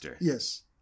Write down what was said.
Yes